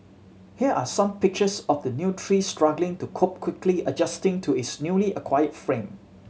here are some pictures of the new tree struggling to cope quickly adjusting to its newly acquired fame